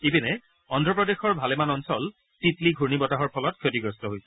ইপিনে অন্ধ্ৰপ্ৰদেশৰ ভালেমান অঞ্চল তিত্লি ঘূৰ্ণী বতাহৰ ফলত ক্ষতিগ্ৰস্ত হৈছে